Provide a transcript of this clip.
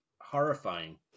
horrifying